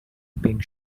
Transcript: pink